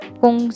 kung